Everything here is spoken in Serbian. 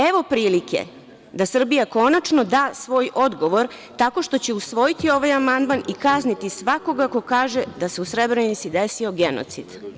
Evo prilike da Srbija konačno da svoj odgovor tako što će usvojiti ovaj amandman i kazniti svakoga ko kaže da se u Srebrenici desio genocid.